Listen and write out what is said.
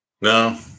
No